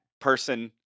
person